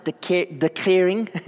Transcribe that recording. declaring